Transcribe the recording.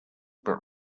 but